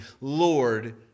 Lord